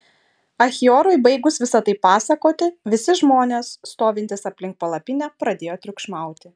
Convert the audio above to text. achiorui baigus visa tai pasakoti visi žmonės stovintys aplink palapinę pradėjo triukšmauti